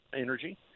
energy